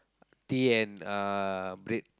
tea and uh bread